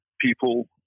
people